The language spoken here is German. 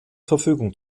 verfügung